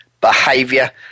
behavior